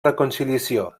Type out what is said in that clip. reconciliació